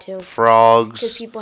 frogs